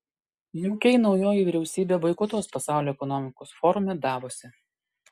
jk naujoji vyriausybė boikotuos pasaulio ekonomikos forume davose